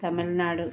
Tamil Nadu